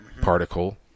particle